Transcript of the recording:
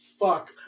fuck